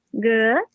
Good